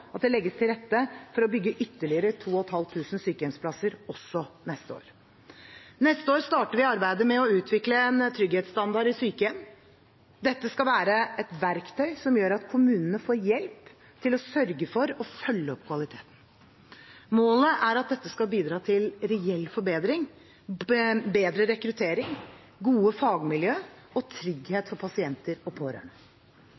at det legges til rette for å bygge ytterligere 2 500 sykehjemsplasser også neste år. Neste år starter vi arbeidet med å utvikle en trygghetsstandard i sykehjem. Dette skal være et verktøy som gjør at kommunene får hjelp til å sørge for og følge opp kvaliteten. Målet er at dette skal bidra til reell forbedring, bedre rekruttering, gode fagmiljø og trygghet for pasienter og pårørende.